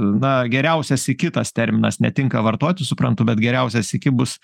na geriausias iki tas terminas netinka vartoti suprantu bet geriausias iki bus